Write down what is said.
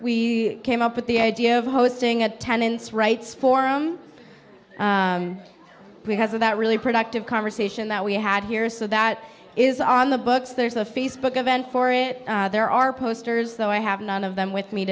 we came up with the idea of hosting attendance rights forum because of that really productive conversation that we had here so that is on the books there's a facebook event for it there are posters though i have none of them with me